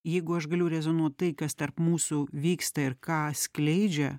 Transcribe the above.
jeigu aš galiu rezonuot tai kas tarp mūsų vyksta ir ką skleidžia